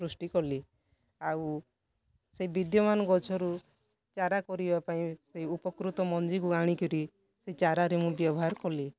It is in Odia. ସୃଷ୍ଟି କଲି ଆଉ ସେଇ ବିଦ୍ୟମାନ ଗଛରୁ ଚାରା କରିବାପାଇଁ ସେଇ ଉପକୃତ ମଞ୍ଜିକୁ ଆଣିକି ସେଇ ଚାରାରେ ମୁଁ ବ୍ୟବହାର କଲି